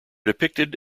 depicted